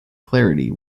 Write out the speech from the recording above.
clarity